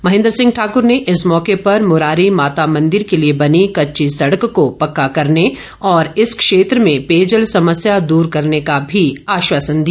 महेन्द्र सिंह ठाकुर ने इस मौके पर मुरारी माता मंदिर के लिए बनी कच्ची सड़क को पक्का करने और इस क्षेत्र में पेयजल समस्या दूर करने का भी आश्वासन दिया